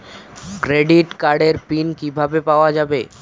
Credit কার্ডের PIN কিভাবে পাওয়া যাবে?